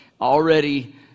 already